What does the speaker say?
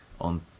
on